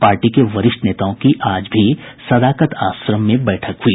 party के वरिष्ठ नेताओं की आज भी सदाकत आश्रम में बैठक हुई